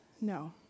No